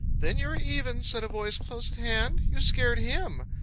then you are even, said a voice close at hand. you scared him.